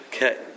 Okay